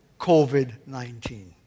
COVID-19